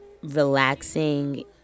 relaxing